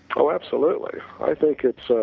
oh absolutely i think its, ah